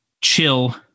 chill